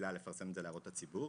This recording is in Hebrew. תחילה לפרסם את זה להערות הציבור,